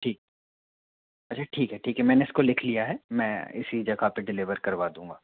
ठीक अच्छा ठीक है ठीक है मैंने इसको लिख लिया है मैं इसी जगह पर डिलीवर करवा दूँगा